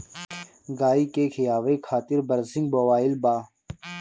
गाई के खियावे खातिर बरसिंग बोआइल बा